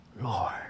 Lord